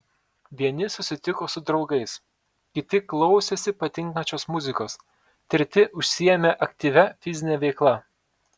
vieni susitiko su draugais kiti klausėsi patinkančios muzikos treti užsiėmė aktyvia fizine veikla